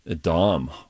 Dom